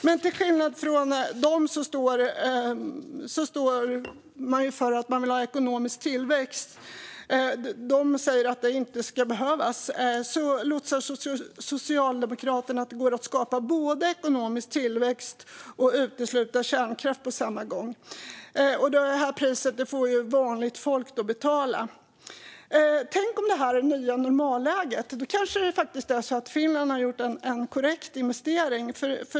Men till skillnad från dem som står för att ekonomisk tillväxt inte ska behövs låtsas Socialdemokraterna att det går att både skapa ekonomisk tillväxt och utesluta kärnkraft på samma gång. Priset får vanligt folk betala. Tänk om detta är det nya normalläget! Då kanske Finland faktiskt har gjort en korrekt investering.